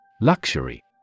Luxury